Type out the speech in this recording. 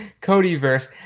Cody-verse